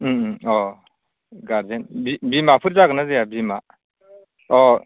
अ guardian बिमाफोर जागोन ना जाया बिमा अ